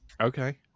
Okay